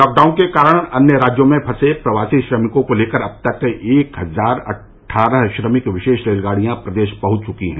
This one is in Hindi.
लॉकडाउन के कारण अन्य राज्यों में फंसे प्रवासी श्रमिकों को लेकर अब तक एक हजार अट्ठारह श्रमिक विशेष रेलगाड़ियां प्रदेश पहुंच चुकी हैं